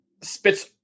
spits